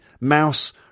Mouse